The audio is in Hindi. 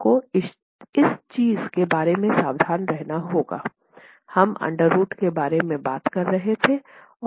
आपको इस चीज के बारे में सावधान रहना होगा हम अंडर रूट के बारे में बात कर रहे थे